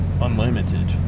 unlimited